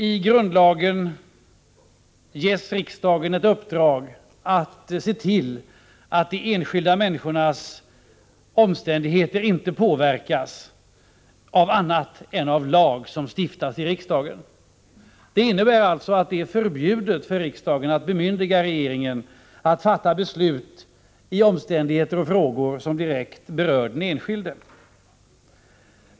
I grundlagen ges riksdagen ett uppdrag att se till att de enskilda människornas omständigheter inte påverkas av annat än lag som stiftas i riksdagen. Det innebär alltså att det är förbjudet för riksdagen att bemyndiga regeringen att fatta beslut i omständigheter och frågor som direkt berör den enskilde.